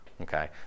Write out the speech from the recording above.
Okay